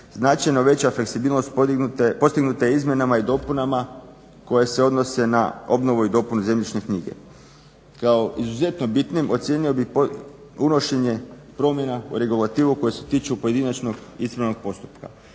Značajno veća fleksibilnost postignuta je izmjenama i dopunama koje se odnose na obnovu i dopunu zemljišne knjige. Kao izuzetno bitnim ocijenio bih unošenje promjena u regulativu koje se tiče pojedinačnog … postupka.